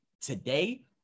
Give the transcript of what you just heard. today